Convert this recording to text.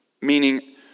Meaning